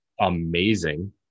amazing